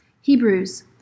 Hebrews